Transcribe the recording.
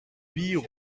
huit